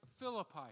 Philippi